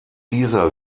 dieser